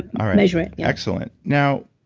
um measure it excellent. now,